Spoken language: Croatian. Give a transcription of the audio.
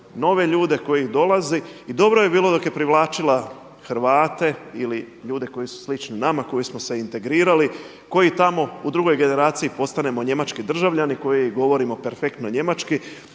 i dobro je dok je privlačila Hrvate ili ljude koji su slični nama koji smo se integrirali, koji tamo u drugoj generaciji postanemo njemački državljani koji govorimo perfektno njemački.